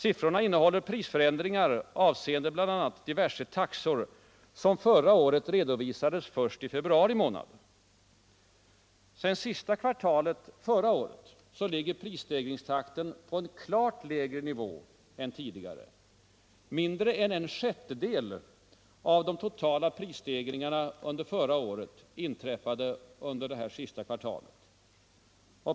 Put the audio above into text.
Siffrorna innehåller prisförändringar avseende bl.a. diverse taxor som förra året redovisades först i februari månad. Sedan sista kvartalet förra året ligger prisstegringstakten på en klart lägre nivå än tidigare. Mindre än en sjättedel av de totala prisstegringarna under förra året inträffade under det sista kvartalet.